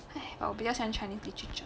!hais! 我比较喜欢 chinese literature